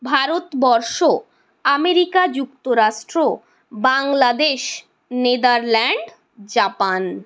Bharatvarsha America যুক্তরাষ্ট্র Bangladesh Netherland Japan